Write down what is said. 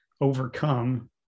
overcome